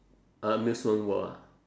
amusement world ah